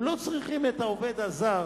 הם לא צריכים את העובד הזר